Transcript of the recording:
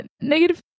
Negative